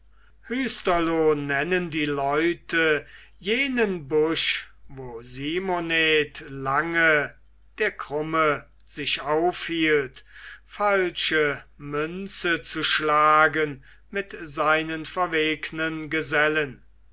hüsterlo nennen die leute jenen busch wo simonet lange der krumme sich aufhielt falsche münzen zu schlagen mit seinen verwegnen gesellen